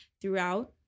throughout